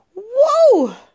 whoa